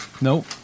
Nope